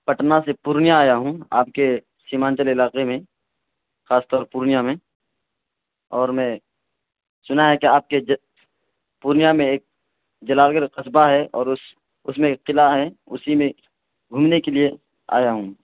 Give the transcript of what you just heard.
پٹنہ سے پورنیا آیا ہوں آپ کے سیمانچل علاقے میں خاص طور پورنیا میں اور میں سنا ہے کہ آپ کے پورنیا میں ایک جلال گڑھ ایک قصبہ ہے اور اس اس میں ایک قلعہ ہے اسی میں گھومنے کے لیے آیا ہوں